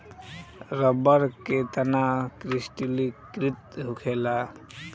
रबड़ के तनाव क्रिस्टलीकृत होखेला